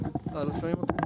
ברשותך,